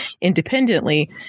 independently